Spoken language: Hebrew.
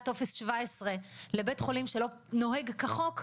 בסוף טופס 17 לבית חולים שלא נוהג כחוק,